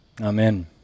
Amen